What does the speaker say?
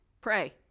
Pray